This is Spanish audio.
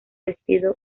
vestido